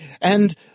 and